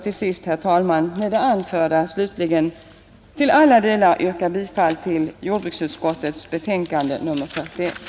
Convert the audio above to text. Med det anförda vill jag slutligen till alla delar yrka bifall till jordbruksutskottets hemställan i betänkande nr 41.